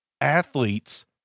athletes